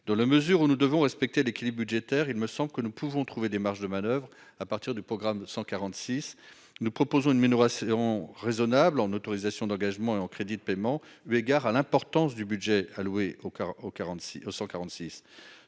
Dans la mesure où nous devons respecter l'équilibre budgétaire, il me semble que nous pouvons trouver des marges de manoeuvre à partir du programme 146. Nous proposons une minoration raisonnable en autorisations d'engagement et en crédits de paiement, eu égard à l'importance du budget alloué au